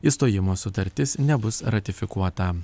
išstojimo sutartis nebus ratifikuota